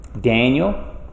Daniel